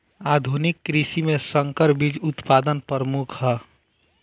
आधुनिक कृषि में संकर बीज उत्पादन प्रमुख ह